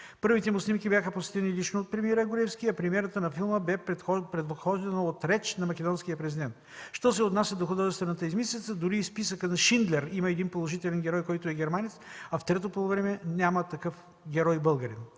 Първите му снимки бяха посетени лично от премиера Груевски, а премиерата на филма бе предхождана от реч на македонския президент. Що се отнася до художествена измислица, дори в „Списъкът на Шиндлер” има един положителен герой, който е германец, а в „Трето полувреме” няма нито един